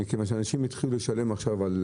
מכיוון שאנשים התחילו לשלם עכשיו עוד